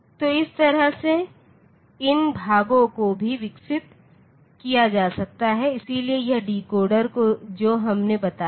तो इस तरह से इन भागों को भी विकसित किया जा सकता है इसलिए यह डिकोडर जो हमने बताया है